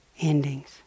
endings